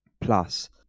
plus